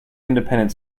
independent